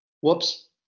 Whoops